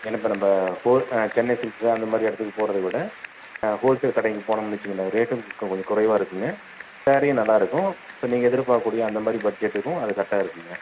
ஏன்னால் இப்போ நம்ம ஹோல் சென்னை சில்க்ஸ் அந்த மாதிரி இடத்துக்கு போகிறது விட ஹோல்சேல் கடைகளுக்கு போனோம்ன்னு வச்சுக்கோங்களேன் ரேட்டும் கொஞ்சம் குறைவாக இருக்குங்க சாரீயும் நல்லாயிருக்கும் இப்போ நீங்கள் எதிர்பார்க்கக்கூடிய அந்த மாதிரி பட்ஜெட்டுக்கும் அது கரெக்டாக இருக்குங்க